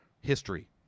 history